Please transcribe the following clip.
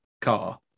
car